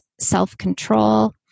self-control